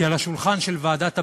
כי על השולחן של ועדת העבודה,